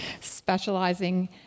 specializing